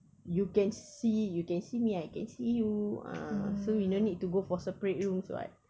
you can see you can see me I can see you ah so we no need to go for separate rooms [what]